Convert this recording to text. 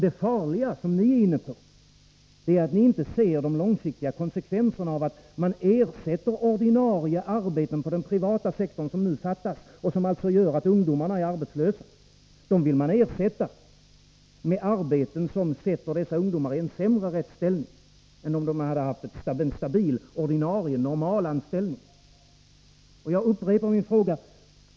Det farliga — som ni är inne på — är att ni inte ser de långsiktiga konsekvenserna av att de ordinarie arbeten inom den privata sektorn som nu fattas och som alltså gör ungdomarna arbetslösa, vill ni ersätta med arbeten som sätter dessa ungdomar i en sämre rättsställning än om de hade haft en stabil, normal ordinarie anställning. Jag vill upprepa en fråga.